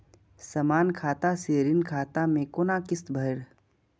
समान खाता से ऋण खाता मैं कोना किस्त भैर?